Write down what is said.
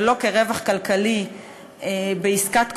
ולא כרווח כלכלי בעסקת קומבינציה,